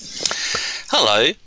Hello